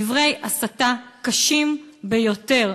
דברי הסתה קשים ביותר,